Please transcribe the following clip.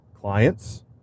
clients